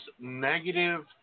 negative